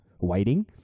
waiting